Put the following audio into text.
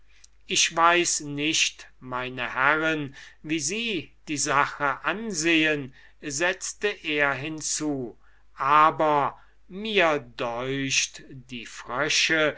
ich weiß nicht meine herren wie sie die sache ansehen setzte er hinzu aber mich deucht die frösche